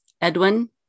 Edwin